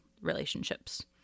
relationships